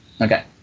Okay